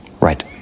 Right